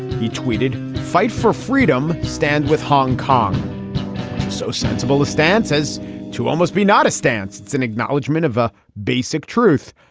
he tweeted fight for freedom stand with hong kong so sensible the stance as to almost be not a stance it's an acknowledgment of a basic truth.